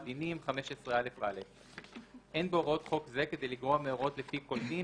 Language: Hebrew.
דינים 15א. (א)אין בהוראות חוק זה כדי לגרוע מהוראות לפי כל דין,